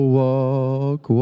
walk